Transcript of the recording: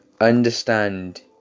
Understand